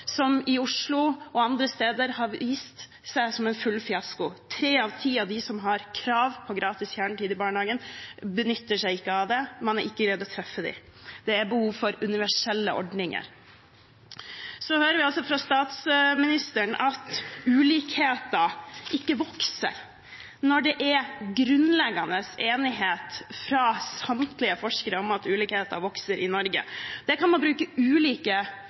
som i Oslo og andre steder har vist seg som en full fiasko. Tre av ti av dem som har krav på gratis kjernetid i barnehagen, benytter seg ikke av det. Man har ikke greid å treffe dem. Det er behov for universelle ordninger. Så hører vi altså fra statsministeren at ulikheter ikke vokser, når det er grunnleggende enighet fra samtlige forskere om at ulikheter vokser i Norge. Det kan man bruke ulike